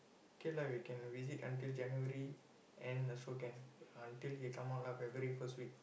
k lah we can visit until January and also can until we come out lah February first week